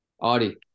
audi